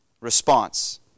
response